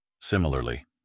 Similarly